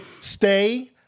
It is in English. stay